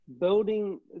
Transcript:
building